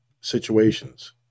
situations